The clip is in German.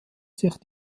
sich